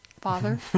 father